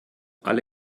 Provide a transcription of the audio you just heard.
alle